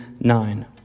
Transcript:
nine